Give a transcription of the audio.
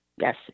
Yes